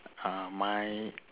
uh my